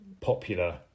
popular